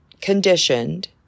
conditioned